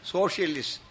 Socialist